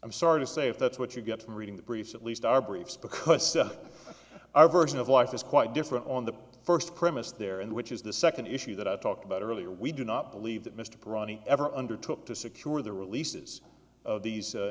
i'm sorry to say if that's what you get from reading the briefs at least our briefs because our version of life is quite different on the first premise there and which is the second issue that i talked about earlier we do not believe that mr brawny ever undertook to secure the release his of these